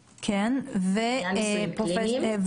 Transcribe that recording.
אני פשוט אומר שזה החוק,